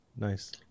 Nice